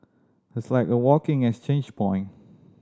it's like a walking exchange point